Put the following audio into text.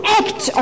act